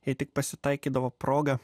jei tik pasitaikydavo proga